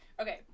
Okay